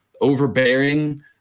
overbearing